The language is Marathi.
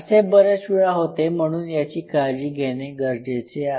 असे बरेच वेळा होते म्हणून याची काळजी घेणे गरजेचे आहे